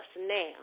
now